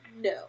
No